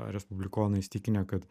respublikonai įsitikinę kad